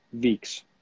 weeks